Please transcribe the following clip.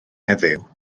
heddiw